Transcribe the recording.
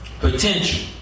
Potential